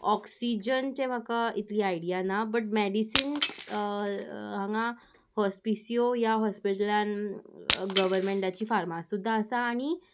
ऑक्सिजनचें म्हाका इतली आयडिया ना बट मॅडिसिन्स हांगा हॉस्पीसीओ ह्या हॉस्पिटलांत गव्हर्मेंटाची फार्मास सुद्दां आसा आनी